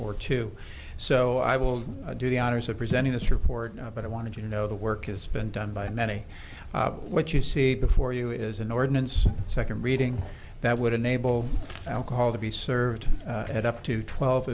or two so i will do the honors of presenting this report but i want to you know the work has been done by many what you see before you is an ordinance second reading that would enable alcohol to be served at up to twelve